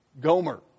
Gomer